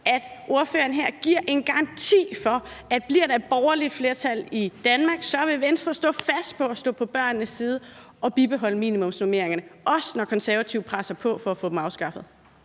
at ordføreren her giver en garanti for, at bliver der et borgerligt flertal i Danmark, vil Venstre stå fast på at stå på børnenes side og bibeholde minimumsnormeringerne – også, når Konservative presser på for at få dem afskaffet?